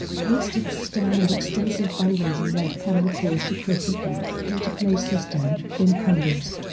hastert's style and extensive fundraising led common cause to critique the pay-to-play system in congress.